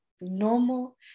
normal